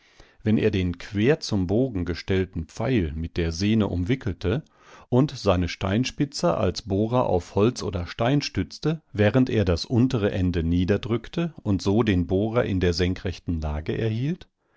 wenn er den quer zum bogen gestellten pfeil mit der sehne umwickelte und seine steinspitze als bohrer auf holz oder stein stützte während er das untere ende niederdrückte und so den bohrer in der senkrechten lage erhielt